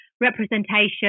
representation